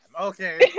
Okay